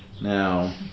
Now